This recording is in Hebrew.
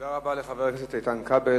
תודה רבה לחבר הכנסת איתן כבל.